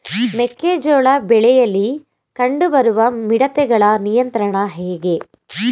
ಮೆಕ್ಕೆ ಜೋಳ ಬೆಳೆಯಲ್ಲಿ ಕಂಡು ಬರುವ ಮಿಡತೆಗಳ ನಿಯಂತ್ರಣ ಹೇಗೆ?